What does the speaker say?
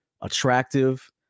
attractive